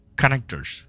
connectors